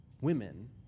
women